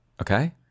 okay